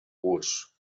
curs